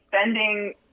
spending